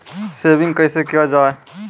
Saving कैसै किया जाय?